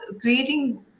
creating